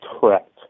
correct